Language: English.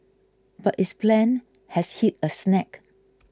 but its plan has hit a snag